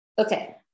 Okay